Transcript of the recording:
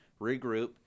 regroup